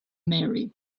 mary